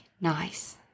nice